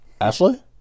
Ashley